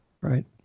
Right